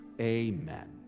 amen